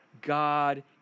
God